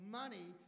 money